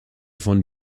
von